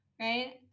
right